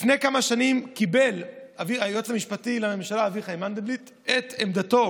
לפני כמה שנים קיבל היועץ המשפטי לממשלה אביחי מנדלבליט את עמדתו